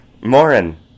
Morin